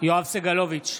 יואב סגלוביץ'